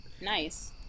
Nice